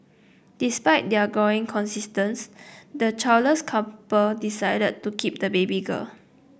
despite their gnawing conscience the childless couple decide to keep the baby girl